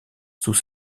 sous